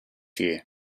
year